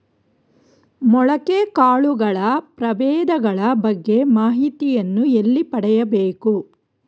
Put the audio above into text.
ಮೊಳಕೆ ಕಾಳುಗಳ ಪ್ರಭೇದಗಳ ಬಗ್ಗೆ ಮಾಹಿತಿಯನ್ನು ಎಲ್ಲಿ ಪಡೆಯಬೇಕು?